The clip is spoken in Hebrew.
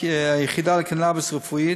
ליחידה לקנאביס רפואי